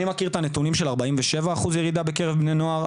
אני מכיר את הנתונים של 47 אחוזי ירידה בקרב בני נוער,